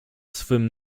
swym